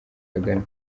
kagame